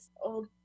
old